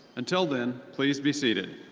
until then, please be seated.